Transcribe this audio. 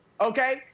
okay